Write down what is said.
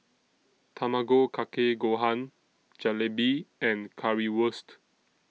Tamago Kake Gohan Jalebi and Currywurst